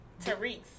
Tariq's